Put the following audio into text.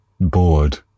bored